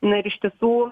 na ir iš tiesų